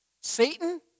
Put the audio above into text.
Satan